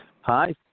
Hi